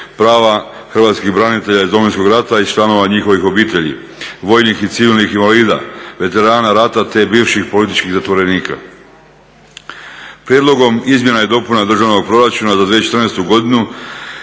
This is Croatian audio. prava hrvatskih branitelja iz Domovinskog rata i članova njihovih obitelji, vojnih i civilnih invalida, veterana rata te bivših političkih stanovnika. Prijedlogom izmjena i dopuna državnog proračuna za 2014. godinu